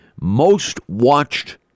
most-watched